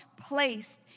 placed